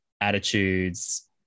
attitudes